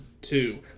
two